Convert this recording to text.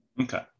Okay